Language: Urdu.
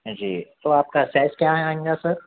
جی تو آپ کا سائز کیا آئے گا سر